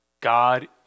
God